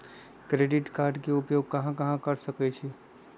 Credit card के उपयोग कहां कहां कर सकईछी?